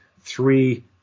three